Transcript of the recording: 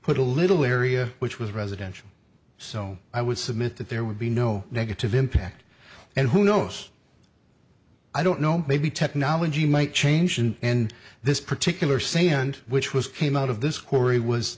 put a little area which was residential so i would submit that there would be no negative impact and who knows i don't know maybe technology might change and this particular sand which was came out of this cory was